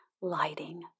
lighting